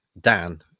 Dan